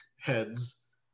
heads